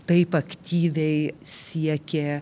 taip aktyviai siekė